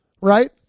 right